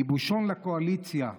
גיבושון לקואליציה.